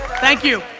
thank you